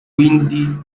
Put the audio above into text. quindi